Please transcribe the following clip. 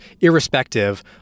irrespective